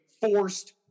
Forced